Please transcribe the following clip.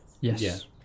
Yes